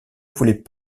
voulait